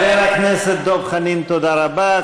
חבר הכנסת דב חנין, תודה רבה.